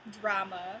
drama